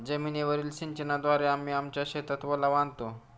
जमीनीवरील सिंचनाद्वारे आम्ही आमच्या शेतात ओलावा आणतो